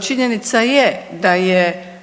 činjenica je da je